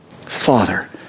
Father